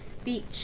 speech